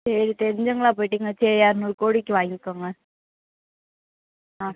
சரி தெரிஞ்சவங்களாக போய்விட்டீங்க சரி இரநூறு கோடிக்கு வாங்கிக்கோங்க ஆ